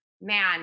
man